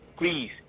please